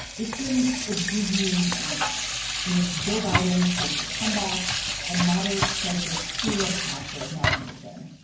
it's been a dizzying week in which joe biden staged a comeback and moderates tried to clear a path for his nomination.